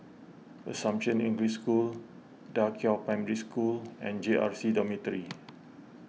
Assumption English School Da Qiao Primary School and J R C Dormitory